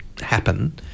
happen